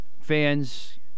fans